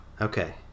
Okay